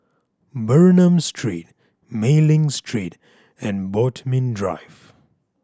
Bernam Street Mei Ling Street and Bodmin Drive